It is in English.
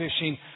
fishing